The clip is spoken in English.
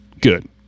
good